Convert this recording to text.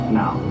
now